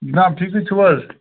جِناب ٹھیٖکھٕےچھُو حظ